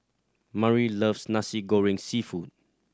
Murry loves Nasi Goreng Seafood